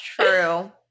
true